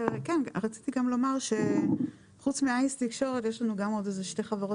רציתי גם לומר שחוץ מאייס תקשורת יש לנו עוד שתי חברות